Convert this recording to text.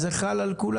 אז זה חל על כולם.